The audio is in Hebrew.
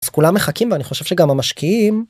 כולם מחכים ואני חושב שגם המשקיעים.